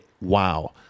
wow